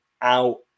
out